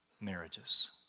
marriages